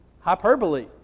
hyperbole